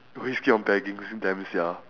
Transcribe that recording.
always keep on begging them sia